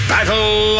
Battle